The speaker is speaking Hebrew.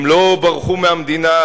הם לא ברחו מהמדינה,